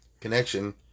connection